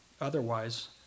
Otherwise